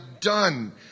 done